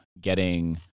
getting-